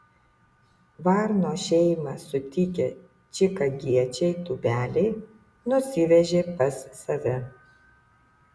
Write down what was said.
varno šeimą sutikę čikagiečiai tūbeliai nusivežė pas save